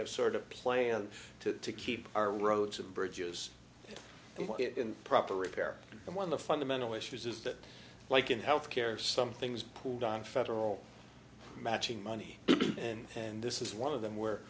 have sort of planned to keep our roads and bridges in proper repair and one of the fundamental issues is that like in health care some things pooled on federal matching money and and this is one of them where